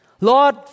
Lord